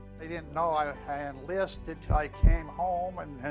they didn't know i i enlisted til i came home and.